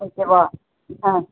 ஓகேவா ஆ